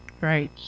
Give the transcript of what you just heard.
Right